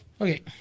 Okay